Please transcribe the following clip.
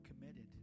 committed